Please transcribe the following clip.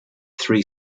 three